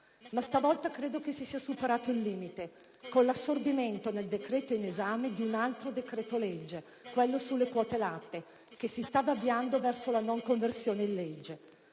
Stavolta però credo si sia superato il limite, con l'assorbimento nel decreto in esame di un altro decreto-legge, quello sulle quote-latte, che si stava avviando verso la non conversione in legge,